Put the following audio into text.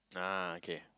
uh okay